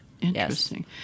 Interesting